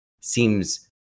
seems